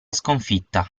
sconfitta